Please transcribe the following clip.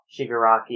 Shigaraki